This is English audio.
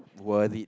worried